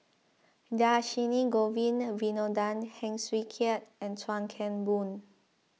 Dhershini Govin Winodan Heng Swee Keat and Chuan Keng Boon